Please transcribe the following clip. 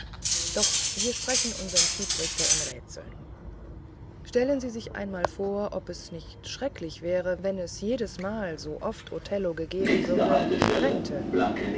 doch wir sprechen unserem schiedsrichter in rätseln stellen sie sich einmal vor ob es nicht schrecklich wäre wenn es jedesmal so oft othello gegeben würde brennte